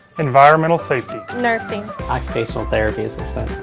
environmental safety, nursing, occupational therapy assistant,